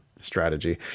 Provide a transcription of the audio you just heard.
strategy